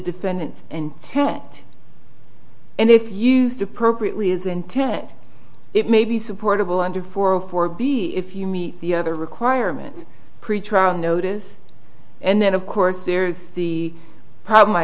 defendants and tent and if used appropriately is intent it may be supportable under four for b if you meet the other requirement pretrial notice and then of course there's the problem i